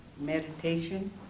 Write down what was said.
meditation